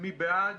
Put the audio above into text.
מי בעד?